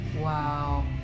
Wow